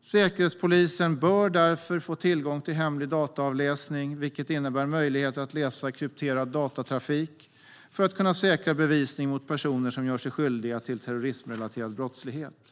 Säkerhetspolisen bör därför få tillgång till hemlig dataavläsning, vilket innebär möjligheter att läsa krypterad datatrafik, för att kunna säkra bevisning mot personer som gör sig skyldiga till terrorismrelaterad brottslighet.